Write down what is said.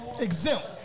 Exempt